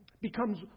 becomes